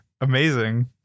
Amazing